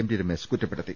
T Ramesh കുറ്റപ്പെടുത്തി